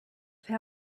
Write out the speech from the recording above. for